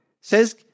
says